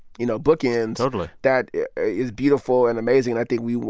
you know, bookends totally. that is beautiful and amazing. and i think we will,